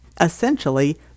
essentially